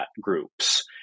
groups